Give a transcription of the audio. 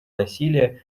насилие